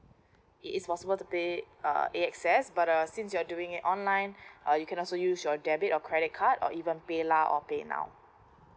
it's possible to pay A_X_S but uh since you're doing it online or you can also use your debit or credit card or even PayLah or paynow